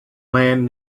land